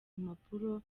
impapuro